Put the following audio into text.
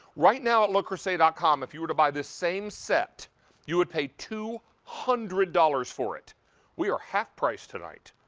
right now at look crusade outcome, if you were to buy the same set you would pay two hundred dollars for. we are half price tonight,